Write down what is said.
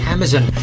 Amazon